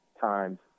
times